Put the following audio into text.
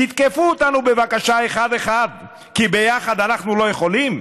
תתקפו אותנו בבקשה אחד-אחד כי ביחד אנחנו לא יכולים?